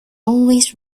always